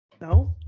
No